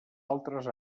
altres